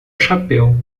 chapéu